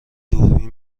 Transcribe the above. دوربین